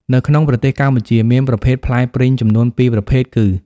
នៅក្នុងប្រទេសកម្ពុជាមានប្រភេទផ្លែព្រីងចំនួន ពីរប្រភេទ គឺ